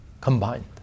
combined